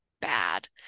bad